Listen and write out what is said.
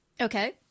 Okay